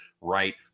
right